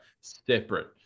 separate